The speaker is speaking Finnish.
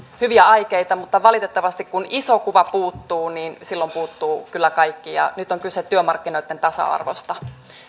hyviä aikeita mutta valitettavasti kun iso kuva puuttuu silloin puuttuu kyllä kaikki ja nyt on kyse työmarkkinoitten tasa arvosta